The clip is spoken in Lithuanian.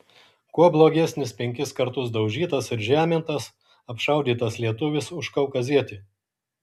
kuo blogesnis penkis kartus daužytas ir žemintas apšaudytas lietuvis už kaukazietį